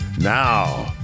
now